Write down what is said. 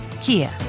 Kia